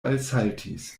alsaltis